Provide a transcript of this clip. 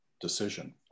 decision